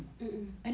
mmhmm mmhmm